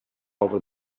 over